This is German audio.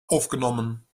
aufgenommen